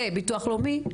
זה ביטוח לאומי,